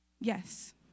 Yes